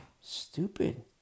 Stupid